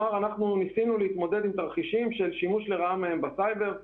אנחנו ניסינו להתמודד עם תרחישים של שימוש לרעה בסייבר,